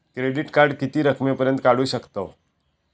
Credit card किती रकमेपर्यंत काढू शकतव?